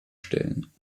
stellen